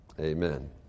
Amen